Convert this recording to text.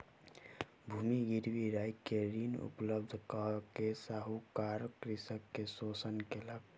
भूमि गिरवी राइख के ऋण उपलब्ध कय के साहूकार कृषक के शोषण केलक